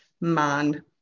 man